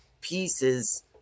pieces